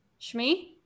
Shmi